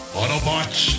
Autobots